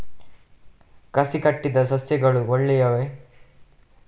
ಕಸಿ ಕಟ್ಟಿದ ಸಸ್ಯಗಳು ಒಳ್ಳೆಯವೇ?